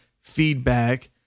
feedback